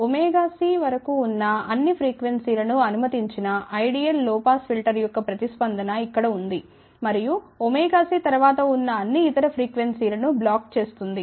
c వరకు ఉన్న అన్ని ప్రీక్వెన్సీలను అనుమతించిన ఐడియల్ లో పాస్ ఫిల్టర్ యొక్క ప్రతిస్పందన ఇక్కడ ఉంది మరియు c తర్వాత ఉన్న అన్ని ఇతర ప్రీక్వెన్సీలను బ్లాక్ చేస్తుంది